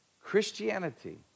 christianity